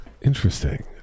Interesting